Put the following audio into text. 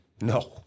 no